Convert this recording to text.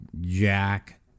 Jack